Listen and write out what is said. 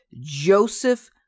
Joseph